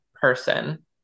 person